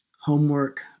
homework